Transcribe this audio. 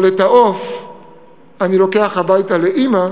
אבל את העוף אני לוקח הביתה לאימא,